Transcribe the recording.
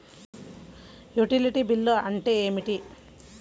Utility bill అంటే ఏమిటి?